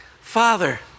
Father